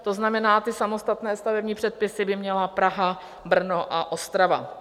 To znamená, že ty samostatné stavební předpisy by měla Praha, Brno a Ostrava.